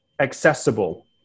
accessible